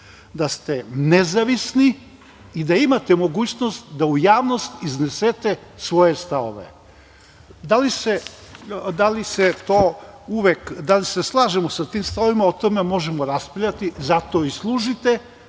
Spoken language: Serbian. da ste nezavisni i da imate mogućnost da u javnost iznesete svoje stavove. Da li se slažemo sa tim stavovima, o tome možemo raspravljati. Zato i služite,